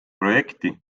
projekti